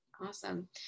Awesome